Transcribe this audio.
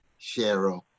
Cheryl